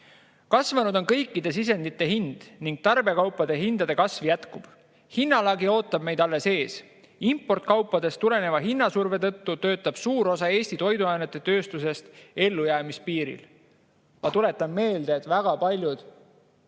tooteid. Kasvanud on kõikide sisendite hind ning tarbekaupade hinnakasv jätkub. Hinnalagi ootab meid alles ees. Importkaupadest tuleneva hinnasurve tõttu töötab suur osa Eesti toiduainetööstusest ellujäämispiiril. Ma tuletan meelde, et mitmed